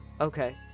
Okay